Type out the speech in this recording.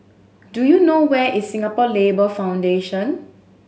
do you know where is Singapore Labour Foundation